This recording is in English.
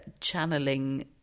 channeling